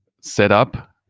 setup